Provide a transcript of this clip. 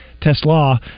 Tesla